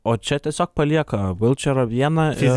o čia tiesiog palieka vilčerą vieną ir